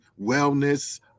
wellness